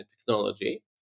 technology